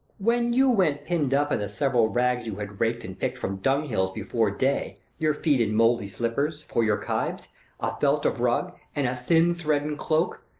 when you went pinn'd up in the several rags you had raked and pick'd from dunghills, before day your feet in mouldy slippers, for your kibes a felt of rug, and a thin threaden cloke,